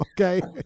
Okay